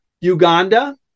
Uganda